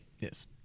Yes